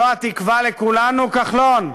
זו התקווה לכולנו, כחלון?